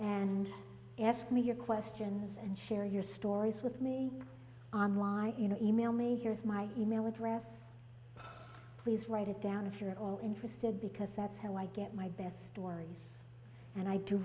and ask me your questions and share your stories with me on why you know email me here's my email address please write it down if you're all in for said because that's how i get my best stories and i do